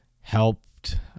helped